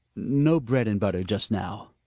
no bread and butter just now.